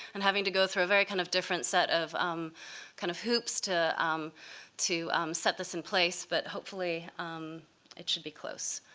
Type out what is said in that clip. and having to go through a very kind of different set of um kind of hoops to to set this in place. but hopefully it should be close.